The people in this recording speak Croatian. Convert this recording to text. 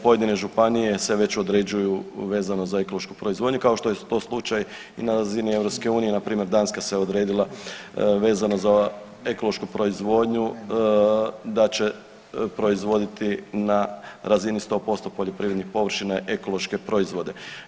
Pojedine županije se već određuju vezano za ekološku proizvodnju kao što je to slučaj i na razini EU-a, npr. Danska se odredila vezano za ekološku proizvodnju da će proizvoditi na razini 100% poljoprivrednih površina ekološke proizvode.